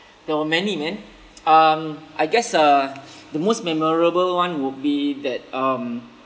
there were many man um I guess uh the most memorable one would be that um